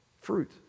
Fruit